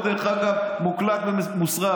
דרך אגב, הכול מוקלט ומוסרט.